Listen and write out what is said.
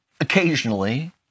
occasionally